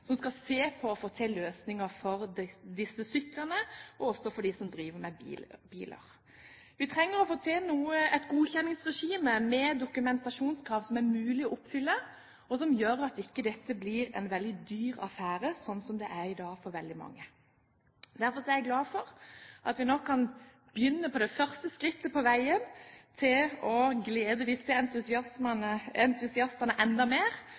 som skal se på og få til løsninger for dem som driver med sykler og biler. Vi trenger et godkjenningsregime med et dokumentasjonskrav som det er mulig å oppfylle, og som gjør at dette ikke blir en veldig dyr affære, slik som det er i dag for veldig mange. Derfor er jeg glad for at vi nå kan ta det første skrittet på veien til å glede disse entusiastene enda mer,